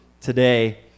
today